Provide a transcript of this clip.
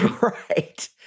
Right